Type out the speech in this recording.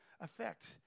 effect